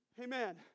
amen